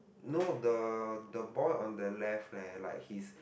no the the boy on the left leh like he is